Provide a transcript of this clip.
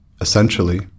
essentially